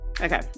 Okay